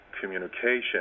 communication